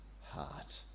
heart